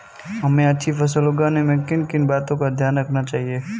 हमें अच्छी फसल उगाने में किन किन बातों का ध्यान रखना चाहिए?